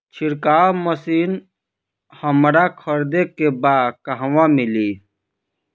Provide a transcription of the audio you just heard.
छिरकाव मशिन हमरा खरीदे के बा कहवा मिली?